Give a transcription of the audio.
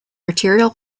arterial